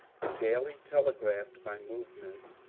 daily tele graphed my movements,